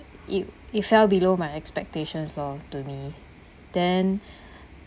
!eww! it fell below my expectations loh to me then